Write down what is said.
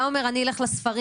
אתה אומר "אני אלך לספרים,